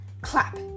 Clap